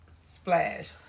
Splash